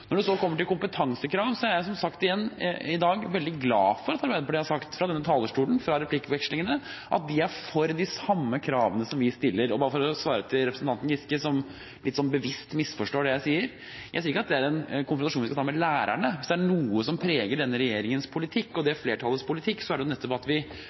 Når det så kommer til kompetansekrav, er jeg som sagt i dag veldig glad for at Arbeiderpartiet har sagt i replikkvekslingene fra denne talerstolen at de er for de samme kravene som vi stiller. For å svare representanten Giske, som bevisst misforstår det jeg sier: Jeg sier ikke at det er en konfrontasjon vi skal ta med lærerne. Hvis det er noe som preger denne regjeringens og flertallets politikk, så er det nettopp at